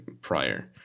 prior